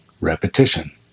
repetition